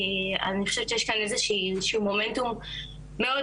אני חושבת שיש כאן איזשהו מומנטום מאוד